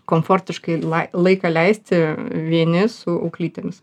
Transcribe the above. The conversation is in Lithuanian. komfortiškai laiką leisti vieni su auklytėmis